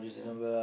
yeah